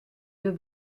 deux